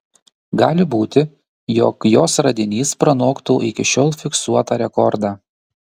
gali būti jog jos radinys pranoktų iki šiol fiksuotą rekordą